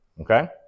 Okay